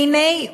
והנה,